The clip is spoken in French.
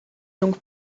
donc